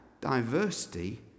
diversity